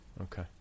Okay